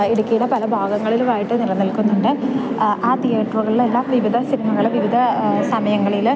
ഇടുക്കിയുടെ പല ഭാഗങ്ങളിലുമായിട്ട് നിലനിൽക്കുന്നുണ്ട് ആ തീയേറ്ററുകളിലെല്ലാം വിവിധ സിനിമകൾ വിവിധ സമയങ്ങളിൽ